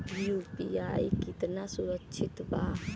UPI कितना सुरक्षित बा?